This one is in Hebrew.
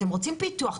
אתם רוצים פיתוח,